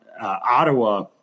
Ottawa